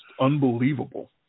unbelievable